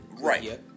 Right